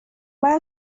باید